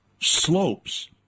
slopes